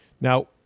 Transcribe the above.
now